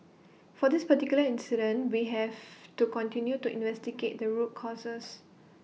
for this particular incident we have to continue to investigate the root causes